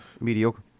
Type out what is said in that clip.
mediocre